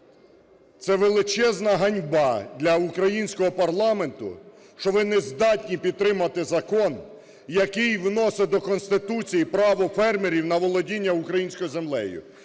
Це величезна ганьба для українського парламенту, що ви не здатні підтримати закон, який вносить до Конституції право фермерів на володіння українською землею.